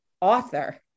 author